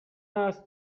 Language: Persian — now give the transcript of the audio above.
است